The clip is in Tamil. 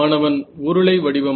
மாணவன் உருளை வடிவமான